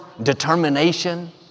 Determination